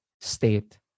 state